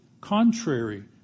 contrary